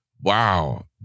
wow